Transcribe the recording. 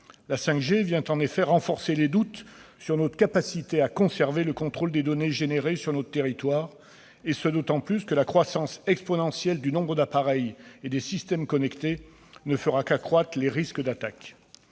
La 5G vient en effet renforcer les doutes sur notre capacité à conserver le contrôle des données produites sur notre territoire, et ce d'autant plus que la croissance exponentielle du nombre d'appareils et de systèmes connectés ne fera qu'accroître les risques d'attaques.